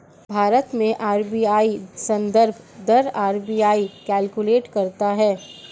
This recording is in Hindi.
भारत में आर.बी.आई संदर्भ दर आर.बी.आई कैलकुलेट करता है